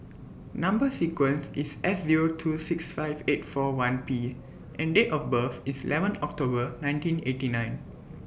Number sequence IS S Zero two six five eight four one P and Date of birth IS eleven October nineteen eighty nine